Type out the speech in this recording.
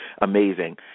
amazing